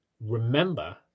remember